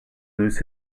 lose